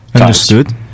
Understood